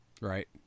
Right